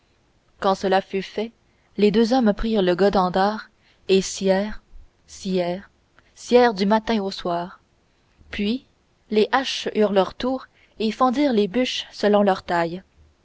quand cela fut fait les deux hommes prirent le godendard et scièrent scièrent scièrent du matin au soir puis les haches eurent leur tour et fendirent les bûches selon leur taille